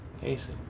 Casey